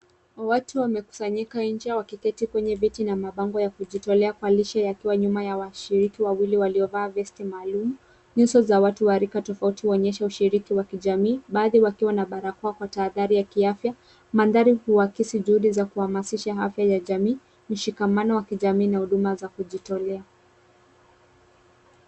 Watu wamekusanyika nje wakiketi kwenye viti na mabango ya kujitolea kwa lishe akiwa nyuma ya washiriki wawili waliovaa vesti maalum. Nyuso za watu wa rika tofauti huonyesha ushiriki wa kijamii. Baadhi wakiwa na barakoa kwa tahadhari ya kiafya. Mandhari huakisi juhudi za kuhamasisha afya ya jamii, mshikamano wa kijamii na huduma za kujitolea.